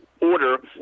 order